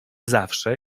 zawsze